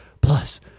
Plus